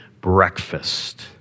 breakfast